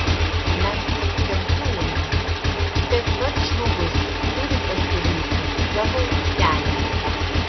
mes akcentuojame kad pats žmogus turi pasirinkti savo kelią